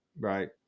Right